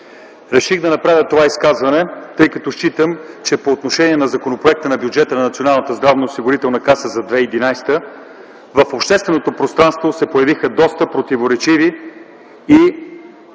Реших да направя това изказване, тъй като считам, че по отношение на Законопроекта на Бюджета за Националната здравноосигурителна каса за 2011 г. в общественото пространство се появиха доста, бих казал, противоречиви